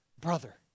brother